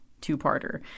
two-parter